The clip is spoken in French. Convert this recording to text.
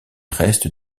restes